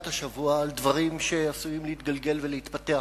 השבוע על דברים שעשויים להתגלגל ולהתפתח